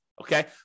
okay